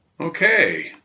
Okay